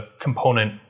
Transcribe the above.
component